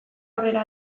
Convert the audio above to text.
aurrera